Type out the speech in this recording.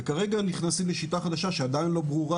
כרגע נכנסים בשיטה חדשה שעדיין לא ברורה